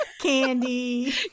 Candy